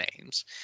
names